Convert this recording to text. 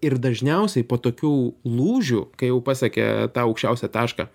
ir dažniausiai po tokių lūžių kai jau pasiekia tą aukščiausią tašką